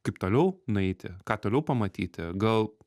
kaip toliau nueiti ką toliau pamatyti gal